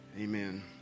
amen